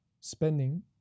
spending